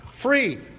free